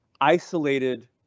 isolated